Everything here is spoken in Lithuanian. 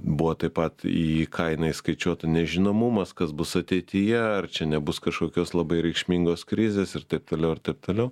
buvo taip pat į kainą įskaičiuota nežinomumas kas bus ateityje ar čia nebus kažkokios labai reikšmingos krizės ir taip toliau ir taip toliau